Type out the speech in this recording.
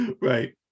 right